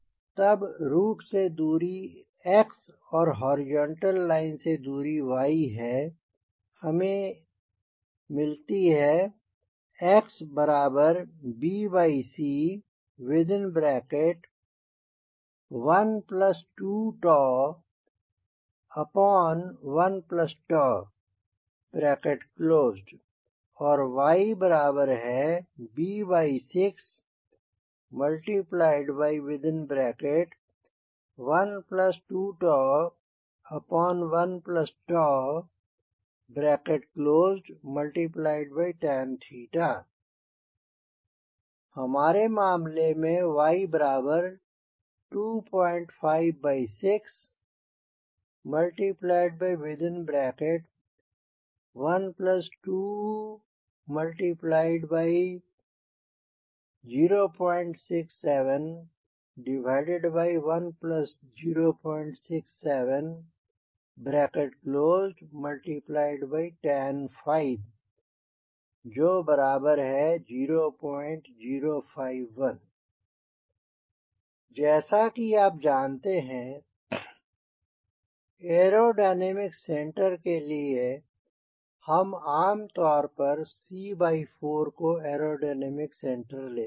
तब रुट से दूरी x और हॉरिजॉन्टल लाइन से दूरी y हमें मिलते हैं xb6121 और yb6121tan हमारे मामले में y256120671067tan50051 जैसा कि आप जानते हैं एयरोडायनामिक सेंटर के लिए हम आमतौर पर c by 4 को एयरोडायनामिक सेंटर लेते हैं